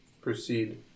proceed